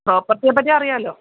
പ്രോപ്പര്ട്ടിയെപ്പറ്റി അറിയാമല്ലോ